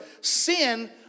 sin